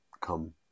come